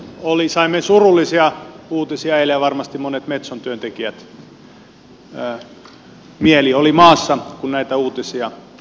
saimme surullisia uutisia eilen ja varmasti monien metson työntekijöiden mieli oli maassa kun näitä uutisia kuultiin